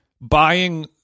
buying